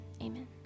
amen